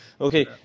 Okay